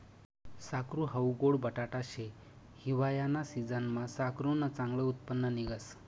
साकरू हाऊ गोड बटाटा शे, हिवायाना सिजनमा साकरुनं चांगलं उत्पन्न निंघस